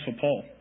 paul